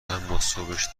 اماصبش